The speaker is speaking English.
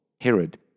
Herod